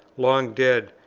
long dead,